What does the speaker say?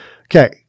Okay